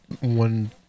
one